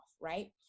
right